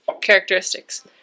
Characteristics